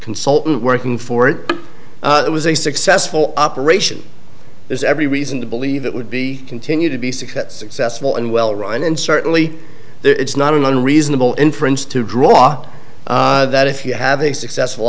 consultant working for it it was a successful operation there's every reason to believe it would be continue to be sick at successful and well run and certainly there it's not an unreasonable inference to draw that if you have a successful